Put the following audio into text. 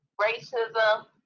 racism